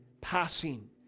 passing